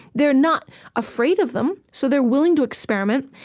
they're not afraid of them, so they're willing to experiment,